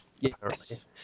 Yes